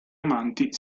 amanti